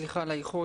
סליחה על האיחור,